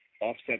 offset